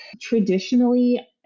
Traditionally